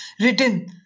written